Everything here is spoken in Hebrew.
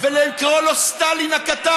כשאת אומרת איך התנהגנו בבית הזה ולהסתכל על עצמנו,